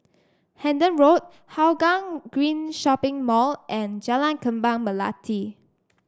Hendon Road Hougang Green Shopping Mall and Jalan Kembang Melati